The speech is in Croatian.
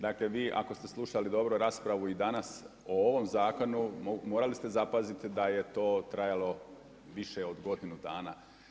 Dakle, vi ako ste slušali dobro i raspravu i danas o ovome zakonu morali ste zapaziti da je to trajalo više od godinu dana.